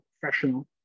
professional